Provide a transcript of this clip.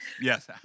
Yes